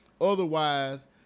Otherwise